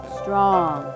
strong